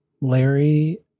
Larry